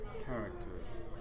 characters